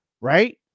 right